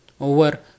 Over